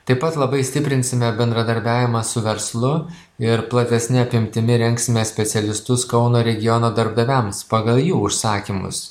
taip pat labai stiprinsime bendradarbiavimą su verslu ir platesne apimtimi rengsime specialistus kauno regiono darbdaviams pagal jų užsakymus